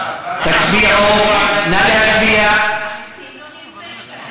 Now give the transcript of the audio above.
הוא בעד להעביר לוועדת הכספים.